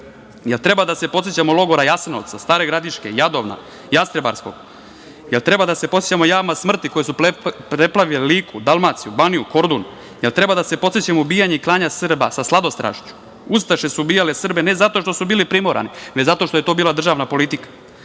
li treba da se podsećamo logora Jasenovca, Stare Gradiške, Jadovna, Jastrebarskog? Da li treba da se podsećamo jama smrti koje su preplavile Liku, Dalmaciju, Baniju, Kordun? Da li treba da se podsećamo ubijanja i klanja Srba sa sladostršću? Ustaše su ubijale Srbe ne zato što su bili primorani, već zato što je to bila državna politika. Možemo